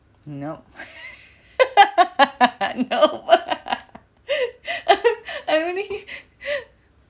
I do not no I really